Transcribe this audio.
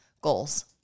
goals